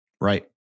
Right